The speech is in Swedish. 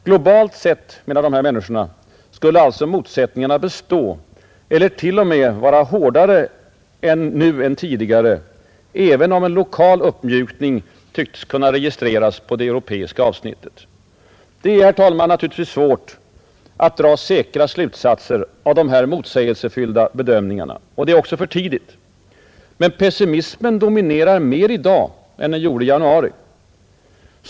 Globalt sett, menar dessa människor, skulle alltså motsättningarna bestå eller till och med vara hårdare nu än tidigare, även om en lokal uppmjukning tycktes kunna registreras på det europeiska Det är, herr talman, naturligtvis svårt att dra säkra slutsatser av de här motsägelsefyllda bedömningarna, och det är också för tidigt. Men pessimismen dominerar mer i dag än den gjorde i januari.